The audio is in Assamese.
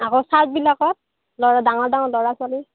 আক' চাৰ্টবিলাকত ল ডাঙৰ ডাঙৰ ল'ৰা ছোৱালীৰ